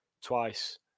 Twice